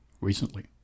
recently